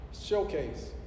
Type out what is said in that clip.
showcase